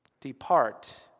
Depart